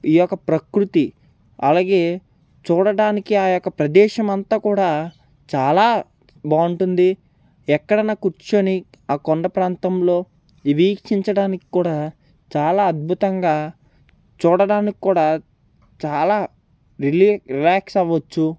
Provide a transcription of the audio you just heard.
ఈ యొక్క ప్రకృతి అలాగే చూడడానికి ఆ యొక్క ప్రదేశం అంతా కూడా చాలా బాగుంటుంది ఎక్కడన్న కూర్చొని ఆ కొండ ప్రాంతంలో వీక్షించడానికి కూడా చాలా అద్భుతంగా చూడడానికి కూడా చాలా రిలి రిలాక్స్ అవచ్చు